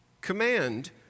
command